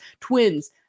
Twins